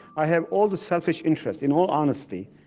i have all the selfish interest, in all honesty,